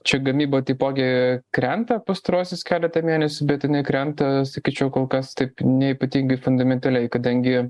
čia gamyba taipogi krenta pastaruosius keletą mėnesių bet jinai krenta sakyčiau kol kas taip neypatingai fundamentaliai kadangi